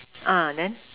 ah then